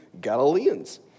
Galileans